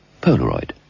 Polaroid